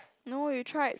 no you tried